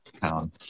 town